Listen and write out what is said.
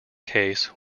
case